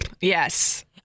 Yes